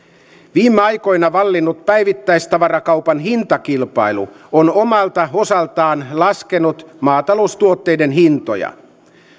viime aikoina vallinnut päivittäistavarakaupan hintakilpailu on omalta osaltaan laskenut maataloustuotteiden hintoja